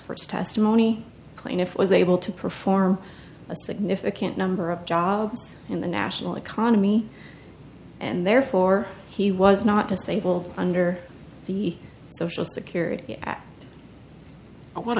experts testimony plaintiff was able to perform a significant number of jobs in the national economy and therefore he was not disabled under the social security act i want